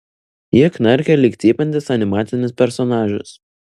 ji knarkė lyg cypiantis animacinis personažas